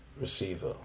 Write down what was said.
receiver